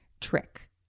trick